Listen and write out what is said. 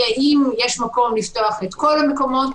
אם יש מקום לפתוח את כל המקומות,